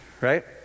right